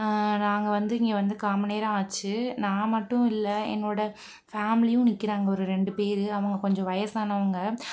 நாங்கள் வந்து இங்கே வந்து கால் மணி நேரம் ஆச்சு நான் மட்டும் இல்லை என்னோடய ஃபேமிலியும் நிற்கிறாங்க ஒரு ரெண்டு பேர் அவங்க கொஞ்சம் வயதானவங்க